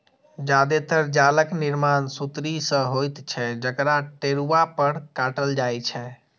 जादेतर जालक निर्माण सुतरी सं होइत छै, जकरा टेरुआ पर काटल जाइ छै